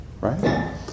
right